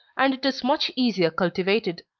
and it is much easier cultivated.